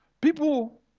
People